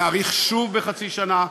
נאריך שוב בחצי שנה,